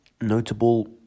notable